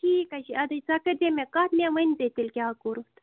ٹھیٖک ہَے چھِ اَدَے ژےٚ کٔرزے مےٚ کَتھ مےٚ ؤنۍ زِ تیٚلہِ کیٛاہ کوٚرُتھ